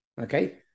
Okay